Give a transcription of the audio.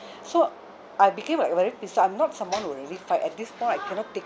so I became like very pissed I'm not someone who really fight at this point I cannot take